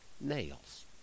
nails